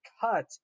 cut